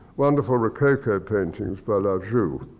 wonderful rococo paintings by la jeu.